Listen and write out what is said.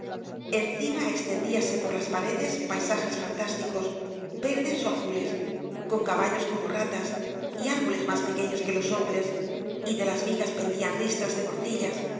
encima extendíanse por las paredes paisajes fantásticos verdes ó azulea con caballos como ratas y árboles más pequeños que los hombres y de las vigas pendían ristras de morcillas